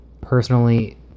personally